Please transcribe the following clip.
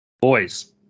Boys